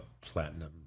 platinum